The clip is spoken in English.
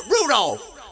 Rudolph